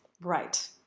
Right